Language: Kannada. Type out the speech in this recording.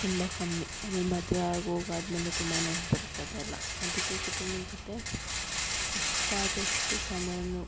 ತುಂಬ ಕಮ್ಮಿ ಆಮೇಲ್ ಮದುವೆ ಆಗಿ ಹೋಗ್ ಆದ ಮೇಲೆ ತುಂಬ ನೆನಪಿರ್ತದೆ ಅದೆಲ್ಲ ಅದಕ್ಕೆ ಕುಟುಂಬದ ಜೊತೆ ಎಷ್ಟ ಆದಷ್ಟು ಸಮಯನ್ನು